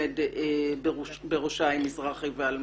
עומד בראשה עם מזרחי ואלמוג.